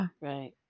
right